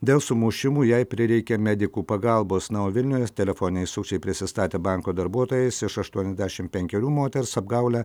dėl sumušimų jai prireikė medikų pagalbos na o vilniuje telefoniniai sukčiai prisistatę banko darbuotojais iš aštuoniasdešim penkerių moters apgaule